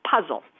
puzzle